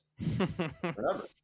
Remember